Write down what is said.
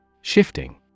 Shifting